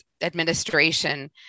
administration